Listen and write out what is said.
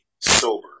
sober